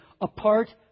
apart